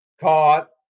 Caught